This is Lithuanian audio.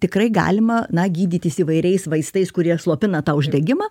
tikrai galima na gydytis įvairiais vaistais kurie slopina uždegimą